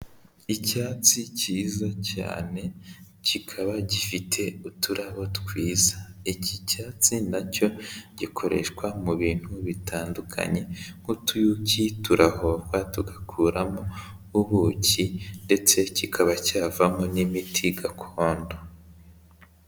Icyatsi cyiza cyane kikaba gifite uturabo twiza, iki cyatsi nacyo gikoreshwa mu bintu bitandukanye, nk'utuyuki turahova tugakuramo ubuki ndetse kikaba cyavamo n'imiti gakondo.